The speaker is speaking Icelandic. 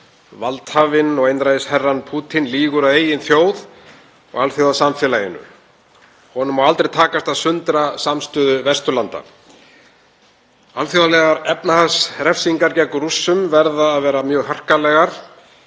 Valdhafinn og einræðisherrann Pútín lýgur að eigin þjóð og alþjóðasamfélaginu. Honum má aldrei takast að sundra samstöðu Vesturlanda. Alþjóðlegar efnahagsrefsingar gegn Rússum verða að vera mjög harkalegar.